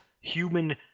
human